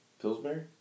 Pillsbury